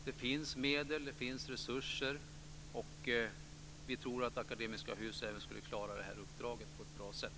Det finns medel och resurser. Vi tror att Akademiska Hus även skulle klara det här uppdraget på ett bra sätt.